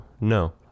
no